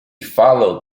followed